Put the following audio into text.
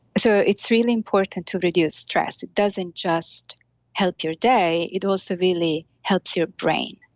so, it's really important to reduce stress. it doesn't just help your day, it also really helps your brain.